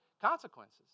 consequences